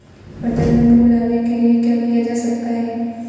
मटर में फूल आने के लिए क्या किया जा सकता है?